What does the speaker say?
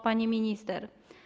Pani Minister!